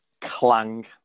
clang